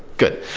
good.